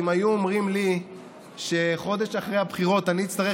שאם היו אומרים לי שחודש אחרי הבחירות אני אצטרך